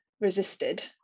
resisted